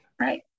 Right